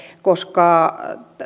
koska tämä